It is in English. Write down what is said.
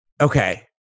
Okay